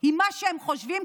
עם מה שהם חושבים,